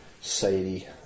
Sadie